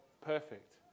perfect